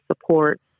support